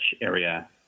area